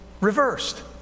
reversed